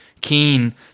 keen